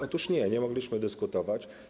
Otóż nie, nie mogliśmy dyskutować.